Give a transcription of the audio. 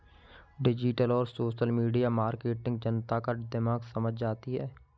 digital और social media marketing जनता का दिमाग समझ जाती है